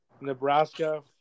Nebraska